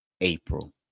April